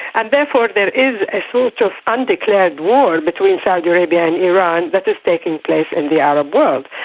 and therefore there is a sort of undeclared war between saudi arabia and iran that is taking place in the arab world.